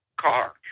car